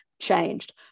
changed